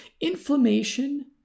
Inflammation